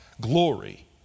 glory